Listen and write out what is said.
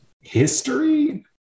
history